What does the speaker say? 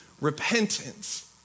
repentance